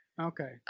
Okay